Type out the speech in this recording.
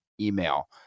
email